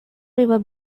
river